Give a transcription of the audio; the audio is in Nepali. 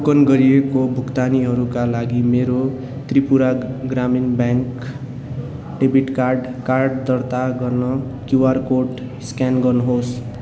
टोकन गरिएको भुक्तानीहरूका लागि मेरो त्रिपुरा ग्रामीण ब्याङ्क डेबिट कार्ड कार्ड दर्ता गर्न क्युआर कोड स्क्यान गर्नुहोस्